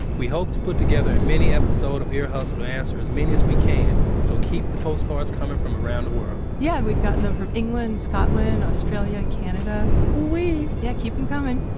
we hope to put together a mini episode of ear hustle to answer as many as we can, so keep the postcards coming from around the world yeah. we've gotten them from england, scotland australia, canada oo-wee yeah. keep them coming.